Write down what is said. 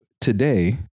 today